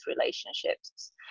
relationships